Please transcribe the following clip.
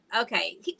Okay